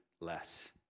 less